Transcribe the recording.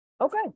Okay